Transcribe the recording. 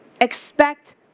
Expect